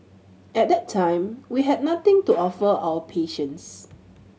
at that time we had nothing to offer our patients